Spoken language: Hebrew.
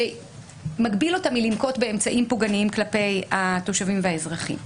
שמגביל אותה מלנקוט באמצעים פוגעניים כלפי התושבים והאזרחים.